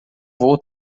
vou